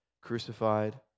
crucified